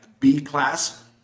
B-class